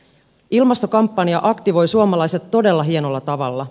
ilmastokampanja aktivoi suomalaiset todella hienolla tavalla